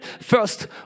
First